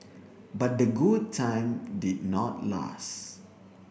but the good time did not last